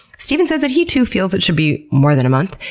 stephen says that he too feels it should be more than a month,